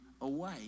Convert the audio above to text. away